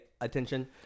attention